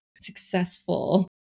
Successful